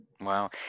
Wow